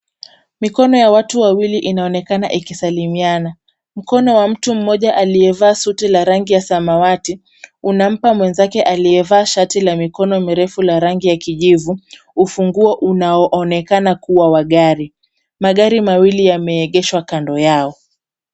Mikono ya watu wawili inaonekana ikisalimiana. Mkono wa mtu mmoja aliyevaa suti la rangi ya samawati unampa mwenzake aliyevaa shati la mikono mirefu la rangi ya kijivu ufunguo unaoonekana kuwa wa gari. Magari mawili yameegeshwa kando yao.